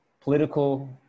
Political